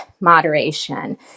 moderation